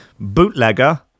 Bootlegger